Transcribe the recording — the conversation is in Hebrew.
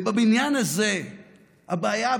ובבניין הזה הבעיה,